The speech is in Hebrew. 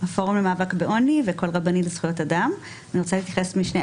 אדוני היועץ המשפטי, אתה רוצה להזכיר?